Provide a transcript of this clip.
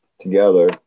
together